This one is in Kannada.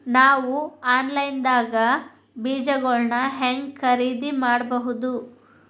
ನಾವು ಆನ್ಲೈನ್ ದಾಗ ಬೇಜಗೊಳ್ನ ಹ್ಯಾಂಗ್ ಖರೇದಿ ಮಾಡಬಹುದು?